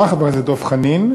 חבר הכנסת דב חנין,